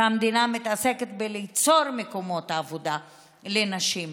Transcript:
שהמדינה מתעסקת ביצירת מקומות עבודה לנשים,